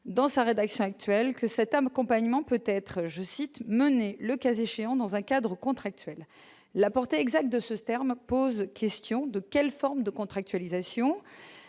dans sa rédaction actuelle que c'est un accompagnement peut-être, je cite le cas échéant dans un cadre contractuel, la portée exacte de ce terme pose question de quelle forme de contractualisation